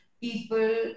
people